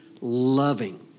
loving